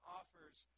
offers